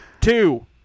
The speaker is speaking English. Two